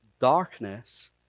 darkness